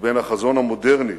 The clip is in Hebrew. ובין החזון המודרני,